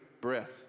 breath